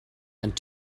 and